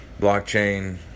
blockchain